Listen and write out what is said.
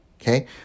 Okay